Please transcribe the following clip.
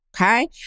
okay